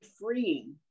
freeing